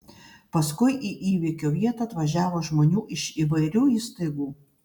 paskui į įvykio vietą atvažiavo žmonių iš įvairių įstaigų